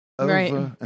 Right